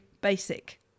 basic